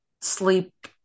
sleep